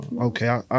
okay